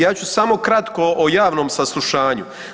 Ja ću samo kratko o javnom saslušanju.